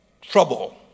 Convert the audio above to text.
trouble